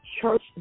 church